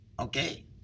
Okay